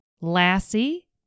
Lassie